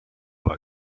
war